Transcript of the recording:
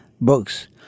books